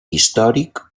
històric